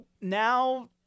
now